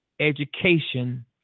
Education